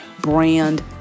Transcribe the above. brand